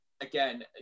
again